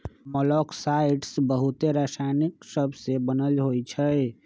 मोलॉक्साइड्स बहुते रसायन सबसे बनल होइ छइ